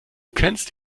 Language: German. kennst